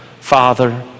Father